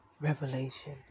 revelation